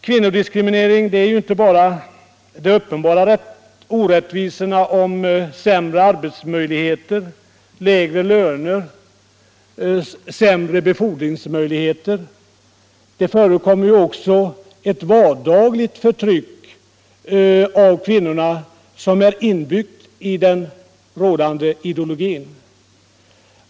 Kvinnodiskriminering är inte bara de uppenbara orättvisorna med: sämre arbetsmöjligheter, lägre löner och sämre befordringsmöjligheter. Det förekommer också ett vardagligt förtryck av kvinnorna som är inbyggt i den rådande ideologin.